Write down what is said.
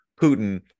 Putin